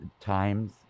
times